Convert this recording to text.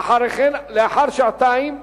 לאחר שעתיים